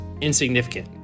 insignificant